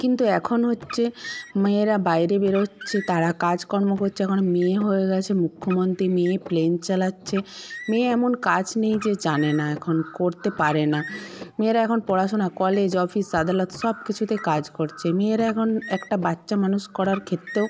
কিন্তু এখন হচ্ছে মেয়েরা বাইরে বেরোচ্ছে তারা কাজকর্ম করছে এখন মেয়ে হয়ে গিয়েছে মুখ্যমন্ত্রী মেয়ে প্লেন চালাচ্ছে মেয়ে এমন কাজ নেই যে জানে না এখন করতে পারে না মেয়েরা এখন পড়াশোনা কলেজ অফিস আদালত সব কিছুতে কাজ করছে মেয়েরা এখন একটা বাচ্চা মানুষ করার ক্ষেত্রেও